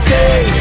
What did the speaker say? day